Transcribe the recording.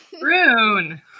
Rune